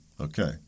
Okay